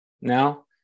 now